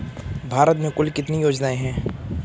भारत में कुल कितनी योजनाएं हैं?